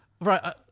Right